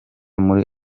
muri